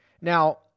Now